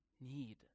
need